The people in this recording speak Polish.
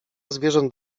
zwierząt